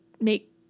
make